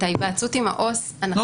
את ההתייעצות עם העובד הסוציאלי --- אני